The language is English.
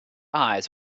eyes